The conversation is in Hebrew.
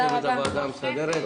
צוות הוועדה המסדרת.